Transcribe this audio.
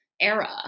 era